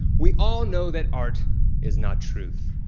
we all know that art is not truth.